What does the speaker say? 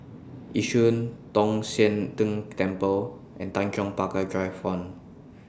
Yishun Tong Sian Tng Temple and Tanjong Pagar Drive one